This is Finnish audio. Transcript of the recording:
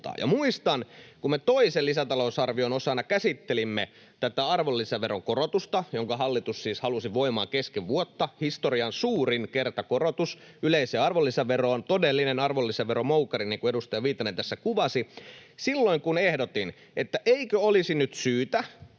Muistan, kun me toisen lisätalousarvion osana käsittelimme tätä arvonlisäveron korotusta, jonka hallitus siis halusi voimaan kesken vuotta — historian suurin kertakorotus yleiseen arvonlisäveroon, todellinen arvonlisäveromoukari, niin kuin edustaja Viitanen tässä kuvasi. Silloin ehdotin, että eikö olisi nyt syytä